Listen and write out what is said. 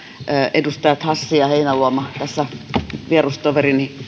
edustajat hassi ja heinäluoma tässä vierustoverini